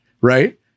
right